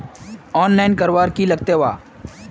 Online करवार की लगते वा?